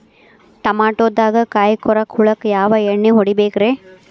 ಟಮಾಟೊದಾಗ ಕಾಯಿಕೊರಕ ಹುಳಕ್ಕ ಯಾವ ಎಣ್ಣಿ ಹೊಡಿಬೇಕ್ರೇ?